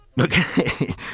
okay